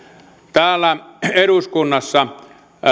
täällä eduskunnassa